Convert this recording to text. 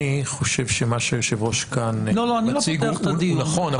אני חושב שמה שהיושב-ראש כאן מציג הוא נכון.